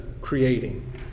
creating